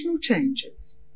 changes